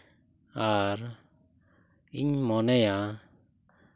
ᱟᱨ ᱤᱧ ᱢᱚᱱᱮᱭᱟ